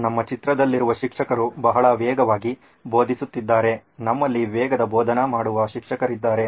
ನಮ್ಮ ಚಿತ್ರದಲ್ಲಿರುವ ಶಿಕ್ಷಕರು ಬಹಳ ವೇಗವಾಗಿ ಬೋಧಿಸುತ್ತಿದ್ದಾರೆ ನಮ್ಮಲ್ಲಿ ವೇಗದ ಬೋಧನಾ ಮಾಡುವ ಶಿಕ್ಷಕರಿದ್ದರು